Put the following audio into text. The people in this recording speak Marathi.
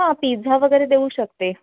हां पिझ्झा वगैरे देऊ शकते